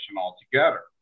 altogether